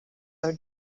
are